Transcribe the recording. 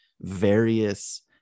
various